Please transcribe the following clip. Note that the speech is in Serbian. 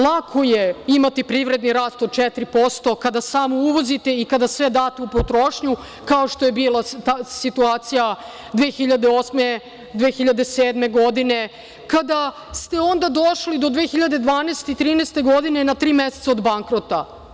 Lako je imati privredni rast od 4,5 kada samo uvozite i kada sve date u potrošnju, kao što je bila situacija 2008, 2007. godine, kada ste onda došli do 2012. i 2013. godine, na tri meseca od bankrota.